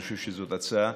אני חושב שזאת הצעה,